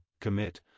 commit